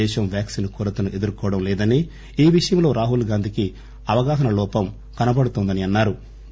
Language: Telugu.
దేశం వ్యాక్సిన్ కొరతను ఎదుర్కోవడం లేదని ఈ విషయంలో రాహుల్ గాంధీకి అవగాహనా లోపం కనబడుతోందని అన్నా రు